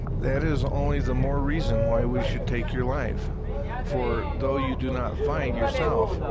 that is only the more reason why we should take your life for, though you do not fight yourself,